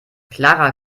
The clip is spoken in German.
clara